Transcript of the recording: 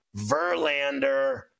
Verlander